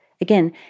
again